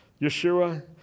Yeshua